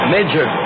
Major